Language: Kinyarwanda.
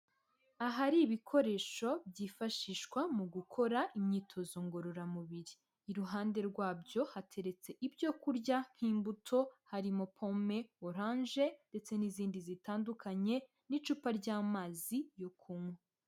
Ahari ibikoresho byifashishwa mu gukora imyitozo ngororamubiri, iruhande rwabyo hateretse ibyo kurya nk'imbuto, harimo pome, oranje, ndetse n'izindi zitandukanye, n'icupa ry'amazi yo kunywa.